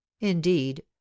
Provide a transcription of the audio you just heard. indeed